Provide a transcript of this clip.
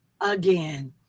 again